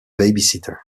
babysitter